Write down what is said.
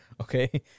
okay